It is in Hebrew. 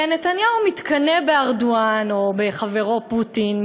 ונתניהו מתקנא בארדואן או בחברו פוטין,